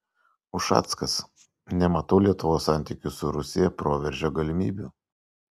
ušackas nematau lietuvos santykių su rusija proveržio galimybių